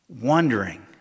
wondering